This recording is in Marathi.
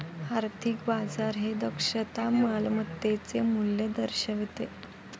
आर्थिक बाजार हे दक्षता मालमत्तेचे मूल्य दर्शवितं